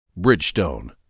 Bridgestone